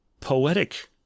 poetic